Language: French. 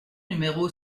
numéro